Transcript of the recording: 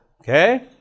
Okay